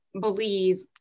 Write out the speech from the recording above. believe